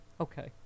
Okay